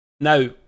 Now